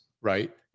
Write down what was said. Right